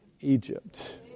Egypt